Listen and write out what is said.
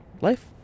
Life